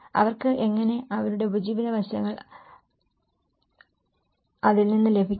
അവർക്ക് എങ്ങനെ അവരുടെ ഉപജീവന വശങ്ങൾ അതിൽ നിന്ന് ലഭിക്കും